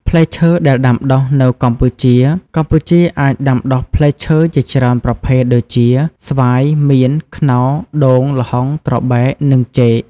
ផ្លែឈើដែលដាំដុះនៅកម្ពុជាកម្ពុជាអាចដាំដុះផ្លែឈើជាច្រើនប្រភេទដូចជា ស្វាយ មៀន ខ្នុរ ដូង ល្ហុង ត្របែក និងចេក។